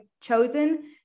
chosen